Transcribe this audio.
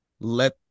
let